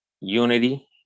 Unity